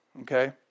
okay